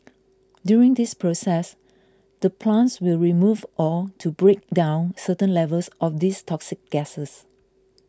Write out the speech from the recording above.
during this process the plants will remove or to break down certain levels of these toxic gases